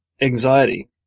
Anxiety